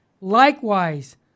Likewise